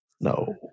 No